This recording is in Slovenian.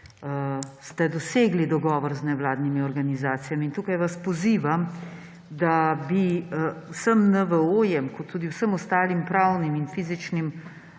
ste dosegli dogovor z nevladnimi organizacijami. In tukaj vas pozivam, da bi vsem NVO-jem ter tudi vsem ostalim pravnim in fizičnim